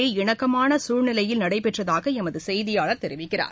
இரு இணக்கமானசூழ்நிலையில் நடைபெற்றதாகஎமதுசெய்தியாளர் தெரிவிக்கிறார்